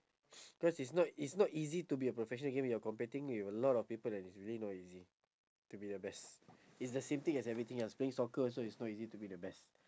cause it's not it's not easy to be a professional gamer you are competing with a lot of people and is really noisy to be the best it's the same thing as everything else playing soccer also is not easy to be the best